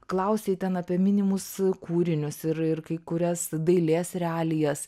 klausei ten apie minimus kūrinius ir ir kai kurias dailės realijas